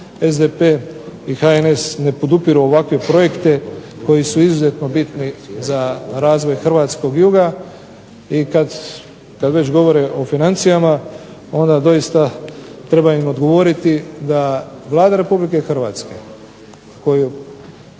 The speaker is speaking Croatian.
SDP i HNS ne podupiru ovakve projekte koji su izuzetno bitni za razvoj hrvatskog juga. I kad već govorim o financijama onda doista treba im odgovoriti da Vlada Republike Hrvatske koju